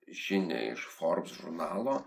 žinią iš forbes žurnalo